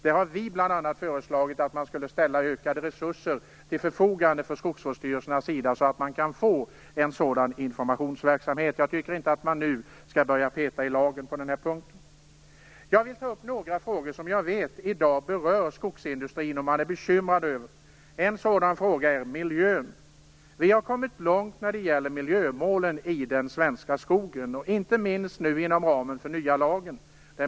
Där har bl.a. vi föreslagit att ökade resurser skall ställas till förfogande när det gäller skogsvårdsstyrelserna, så att man kan få en sådan informationsverksamhet. Jag tycker alltså inte att man redan nu skall börja peta i lagen på den punkten. Jag vill ta upp några frågor som jag vet i dag berör skogsindustrin och där man är bekymrad. En sådan fråga är miljön. Vi har kommit långt när det gäller miljömålen för den svenska skogen, inte minst nu inom ramen för den nya lagen.